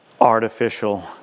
artificial